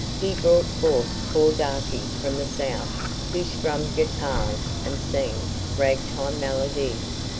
he brought forth four darkies from the south who strummed guitars and sang ragtime melodies.